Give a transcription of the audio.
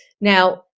Now